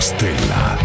Stella